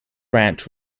ranch